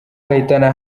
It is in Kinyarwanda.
kayitana